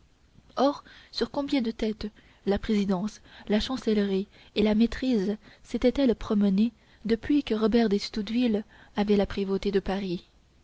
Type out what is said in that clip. or sur combien de têtes la présidence la chancellerie et la maîtrise sétaient elles promenées depuis que robert d'estouteville avait la prévôté de paris